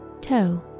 toe